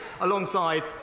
alongside